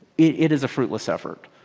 it is a fruitless effort.